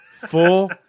Full